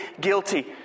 guilty